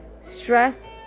stress